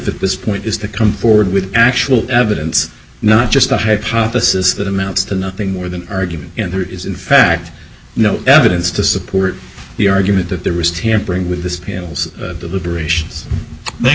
at this point is to come forward with actual evidence not just a hypothesis that amounts to nothing more than argument and there is in fact no evidence to support the argument that the wrist hampering with this pales deliberations